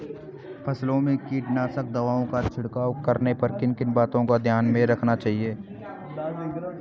फसलों में कीटनाशक दवाओं का छिड़काव करने पर किन किन बातों को ध्यान में रखना चाहिए?